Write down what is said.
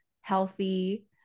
healthy